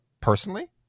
personally